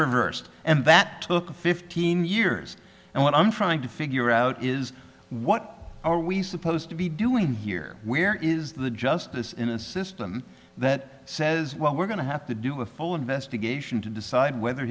reversed and that took fifteen years and what i'm trying to figure out is what are we supposed to be doing here where is the justice in a system that says well we're going to have to do a full investigation to decide whether